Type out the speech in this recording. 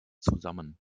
zusammen